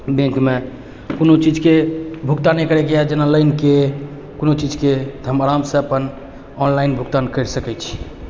बैंकमे कोनो चीजके भुगताने करैके यऽ जेना लाइनके कोनो चीजके हम आरामसँ अपन ऑनलाइन भुगतान करि सकै छी